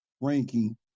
ranking